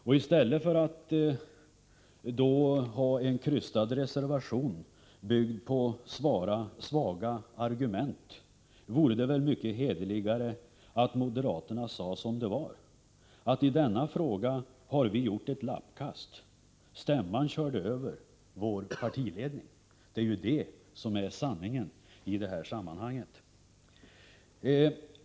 I stället för att avge en krystad reservation, byggd på svaga argument, vore det väl mycket hederligare att moderaterna sade som det var: i denna fråga har vi gjort ett lappkast, stämman körde över vår partiledning. Det är ju det som är sanningen i detta sammanhang.